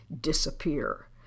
disappear